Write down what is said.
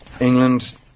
England